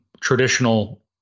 traditional